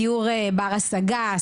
דיור בר השגה,